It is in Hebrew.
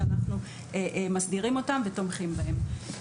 שאנחנו מסדירים אותם ותומכים בהם.